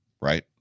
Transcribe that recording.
Right